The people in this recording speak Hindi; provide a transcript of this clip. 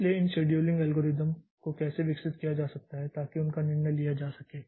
इसलिए इन शेड्यूलिंग एल्गोरिदम को कैसे विकसित किया जा सकता है ताकि उनका निर्णय लिया जा सके